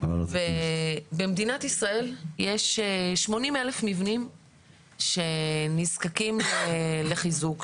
במדינת ישראל יש 80,000 מבנים שנזקקים לחיזוק.